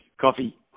Coffee